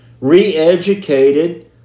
re-educated